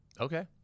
Okay